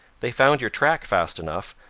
they found your track fast enough,